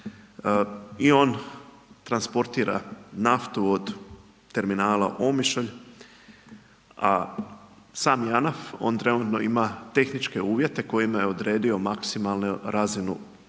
i on transportira naftu od terminala Omišalj, a sam JANAF, on trenutno ima tehničke uvjete kojima je odredio maksimalnu razinu udjela